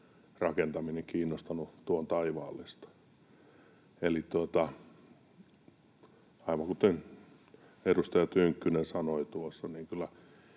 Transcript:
rakentaminen kiinnostanut tuon taivaallista. Eli aivan kuten edustaja Tynkkynen sanoi tuossa,